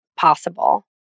possible